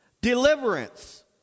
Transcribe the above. deliverance